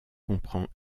comprend